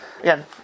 Again